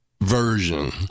version